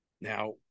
Now